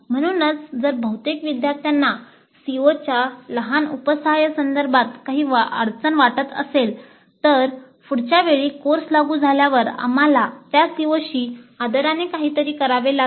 म्हणूनच जर बहुतेक विद्यार्थ्यांना COच्या लहान उपसहाय संदर्भात काही अडचण वाटत असेल तर पुढच्या वेळी कोर्स लागू झाल्यावर आम्हाला त्या COशी आदराने काहीतरी करावे लागेल